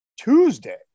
Tuesday